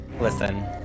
Listen